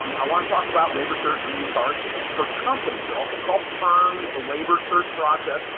um i want to talk about labor cert green cards for companies. they're also called perms, the labor cert process,